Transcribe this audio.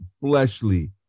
fleshly